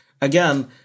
again